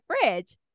fridge